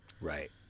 Right